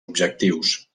objectius